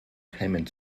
keimen